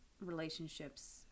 relationships